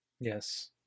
Yes